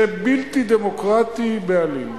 זה בלתי דמוקרטי בעליל,